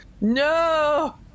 No